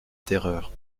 terreur